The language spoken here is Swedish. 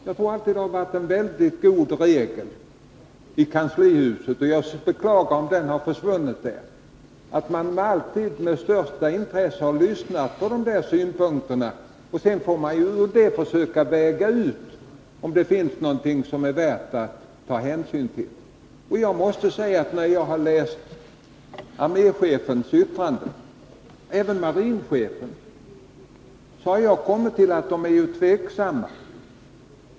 Det har alltid varit en god regel i kanslihuset, och jag beklagar om den försvunnit, att man alltid med största intresse lyssnat på synpunkter från berörda verkschefer. Sedan får man försöka göra en avvägning och utröna vad som är värt att ta hänsyn till. När jag läst arméchefens och även marinchefens yttranden har jag kommit fram till att dessa försvarsgrenschefer är tveksamma.